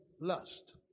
lust